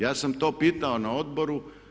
Ja sam to pitao na odboru.